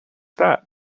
that